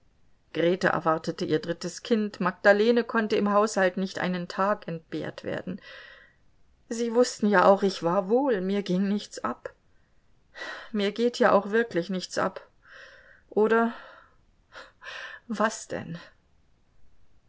grete erwartete ihr drittes kind magdalene konnte im haushalt nicht einen tag entbehrt werden sie wußten ja auch ich war wohl mir ging nichts ab mir geht ja auch wirklich nichts ab oder was denn